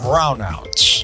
Brownouts